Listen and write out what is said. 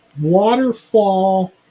waterfall